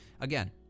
again